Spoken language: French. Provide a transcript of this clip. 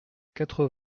quatre